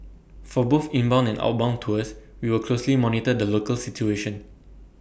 for both inbound and outbound tours we will closely monitor the local situation